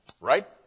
right